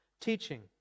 teaching